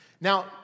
Now